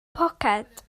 poced